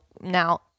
now –